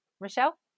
Michelle